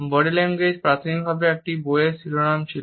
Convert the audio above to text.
body language প্রাথমিকভাবে একটি বইয়ের শিরোনাম ছিল